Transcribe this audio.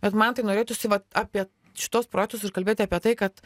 bet man tai norėtųsi apie šituos projektus ir kalbėti apie tai kad